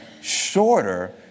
shorter